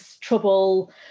trouble